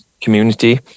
community